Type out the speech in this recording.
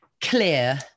clear